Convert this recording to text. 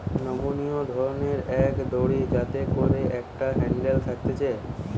নমনীয় ধরণের এক দড়ি যাতে করে একটা হ্যান্ডেল থাকতিছে